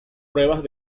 pruebas